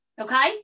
okay